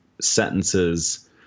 sentences